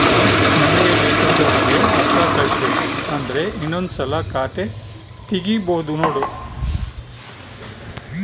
ನಮಗೆ ಬೇಕೆಂದೋರಿಗೆ ರೋಕ್ಕಾ ಕಳಿಸಬೇಕು ಅಂದ್ರೆ ಇನ್ನೊಂದ್ಸಲ ಖಾತೆ ತಿಗಿಬಹ್ದ್ನೋಡು